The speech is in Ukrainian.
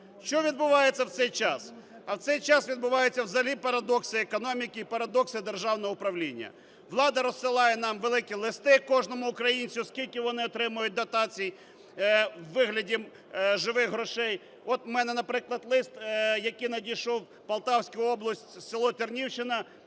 Що відбувається в цей час? А в цей час відбуваються взагалі парадокси економіки і парадокси державного управління. Влада розсилає нам великі листи, кожному українцю, скільки вони отримають дотацій у вигляді живих грошей. От у мене, наприклад лист, який надійшов: Полтавська область, село Тернівщина